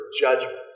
judgment